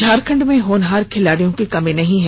झारखण्ड में होनहार खिलाड़ियों की कमी नहीं है